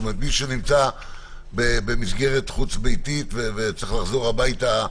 מי שנמצא במסגרת חוץ-ביתית וצריך לחזור הביתה,